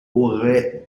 aurait